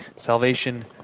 Salvation